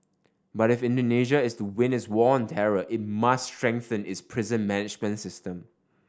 but if Indonesia is to win its war on terror it must strengthen its prison management system